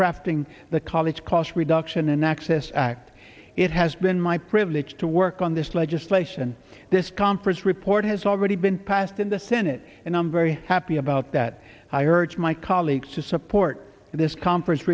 crafting the college cost reduction and access act it has been my privilege to work on this legislation and this conference report has already been passed in the senate and i'm very happy about that i urge my colleagues to support this conference